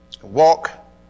Walk